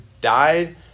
died